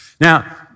Now